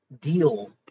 deal